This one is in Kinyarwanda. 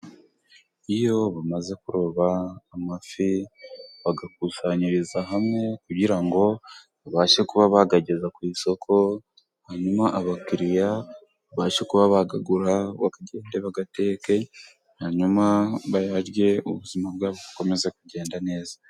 Iyo bamaze kuroba amafi bayakusanyiriza hamwe kugira ngo babashe kuba bayageza ku isoko hanyuma abakiriya babashe kuba bayagura bagende bayateke hanyuma bayarye ubuzima bwabo bukomeze kugenda neza.